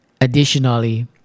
additionally